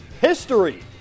history